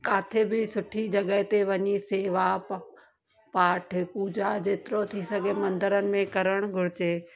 किथे बि सुठी जॻह ते वञी सेवा प पाठ पूजा जेतिरो थी सघे मंदरनि में करणु घुर्जे